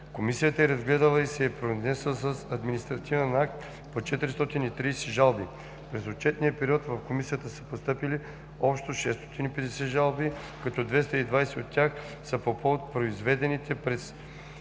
Комисията е разгледала и се е произнесла с административен акт по 430 жалби. През отчетния период в Комисията са постъпили общо 650 жалби, като 220 от тях са по повод произведените през